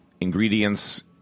ingredients